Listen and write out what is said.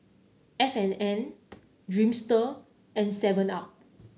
F and N Dreamster and Seven Up